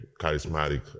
charismatic